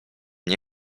nie